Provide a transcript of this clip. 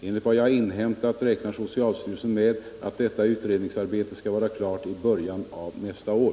Enligt vad jag inhämtat räknar socialstyrelsen med att detta utredningsarbete skall vara klart i början av nästa år.